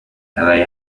naraye